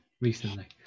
recently